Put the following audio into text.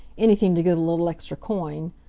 anything to get a little extra coin.